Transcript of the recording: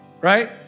right